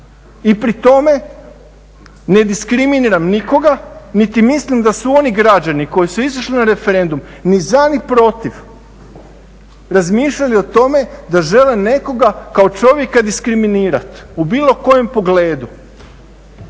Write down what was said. I pri tome ne diskriminiram nikoga, niti mislim da su oni građani koji su izišli na referendum, ni za ni protiv, razmišljali o tome da žele nekoga kao čovjeka diskriminirati u bilo kojem pogledu.